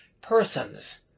persons